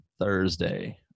Thursday